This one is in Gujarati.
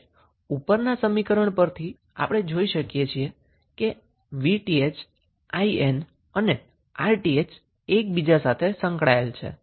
હવે ઉપરના સમીકરણ પરથી આપણે જોઈ શકીએ છીએ કે 𝑉𝑇ℎ 𝐼𝑁 અને 𝑅𝑇ℎ એકબીજા સાથે સંકળાયેલ છે